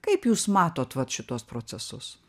kaip jūs matot vat šituos procesus